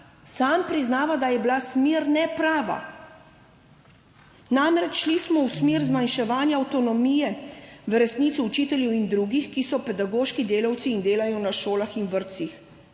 sam priznava, da je bila smer neprava. Namreč, v resnici smo šli v smer zmanjševanja avtonomije učiteljev in drugih, ki so pedagoški delavci in delajo na šolah in vrtcih.